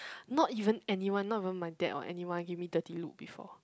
not even anyone not even my dad or anyone give me dirty look before